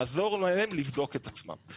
לעזור להם לבדוק את עצמם.